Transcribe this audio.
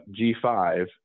G5